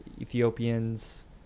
Ethiopians